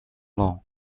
law